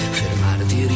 fermarti